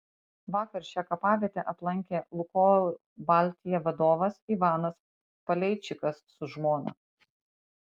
vakar šią kapavietę aplankė lukoil baltija vadovas ivanas paleičikas su žmona